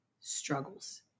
struggles